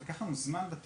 הטיפול לקח לנו זמן כי